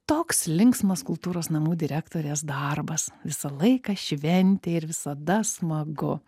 toks linksmas kultūros namų direktorės darbas visą laiką šventė ir visada smagu